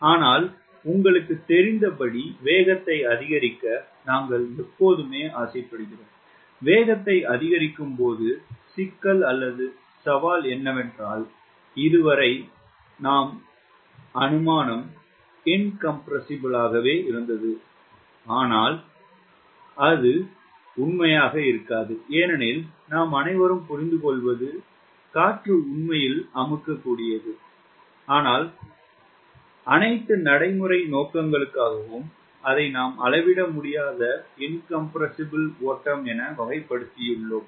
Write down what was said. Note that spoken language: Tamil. ஆனால் உங்களுக்குத் தெரிந்தபடி வேகத்தை அதிகரிக்க நாங்கள் எப்போதுமே ஆசைப்பட்டோம் வேகத்தை அதிகரிக்கும் போது சிக்கல் அல்லது சவால் என்னவென்றால் இதுவரை நாம் அனுமானம் இன்கம்ப்ரெஸ்ஸிப்ளே இருந்தது அது ஆனால் உண்மையாக இருக்காது ஏனெனில் நாம் அனைவரும் புரிந்துகொள்வது காற்று உண்மையில் அமுக்கக்கூடியது ஆனால் அனைத்து நடைமுறை நோக்கங்களுக்காகவும் அதை நாம் அளவிட முடியாத இன்கம்ப்ரெஸ்ஸிப்ளே ஓட்டம் என வகைப்படுத்தியுள்ளோம்